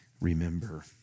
Remember